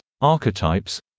archetypes